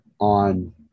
on